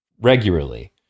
regularly